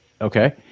Okay